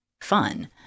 fun